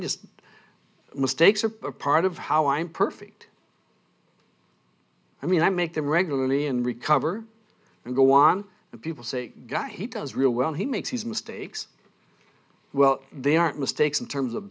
just mistakes are part of how i'm perfect i mean i make them regularly and recover and go on and people say a guy he does real well he makes his mistakes well they aren't mistakes in terms of